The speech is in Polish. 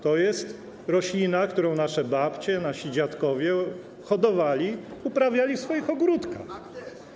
To jest roślina, którą nasze babcie, nasi dziadkowie hodowali, uprawiali w swoich ogródkach.